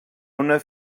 una